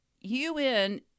UN